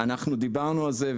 אנחנו דיברנו על זה,